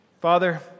Father